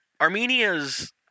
Armenia's